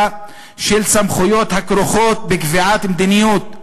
של סמכויות הכרוכות בקביעת מדיניות,